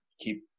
keep